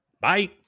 Bye